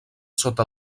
sota